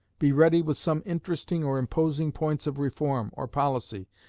be ready with some interesting or imposing points of reform, or policy,